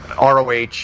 ROH